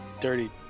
dirty